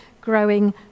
growing